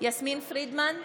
יסמין פרידמן,